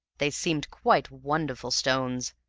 they seemed quite wonderful stones,